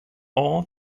all